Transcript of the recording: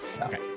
Okay